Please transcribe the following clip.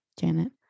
janet